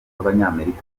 abanyamerika